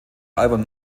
album